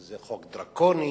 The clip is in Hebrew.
שזה חוק דרקוני,